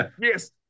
Yes